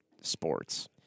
sports